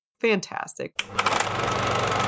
Fantastic